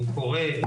הוא קורה,